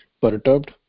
perturbed